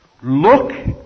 look